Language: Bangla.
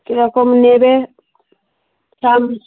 কীরকম নেবে হ্যাঁ